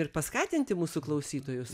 ir paskatinti mūsų klausytojus